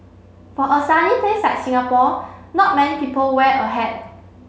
for a sunny place like Singapore not many people wear a hat